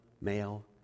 male